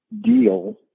deal